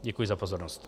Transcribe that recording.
Děkuji za pozornost.